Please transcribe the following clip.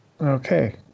okay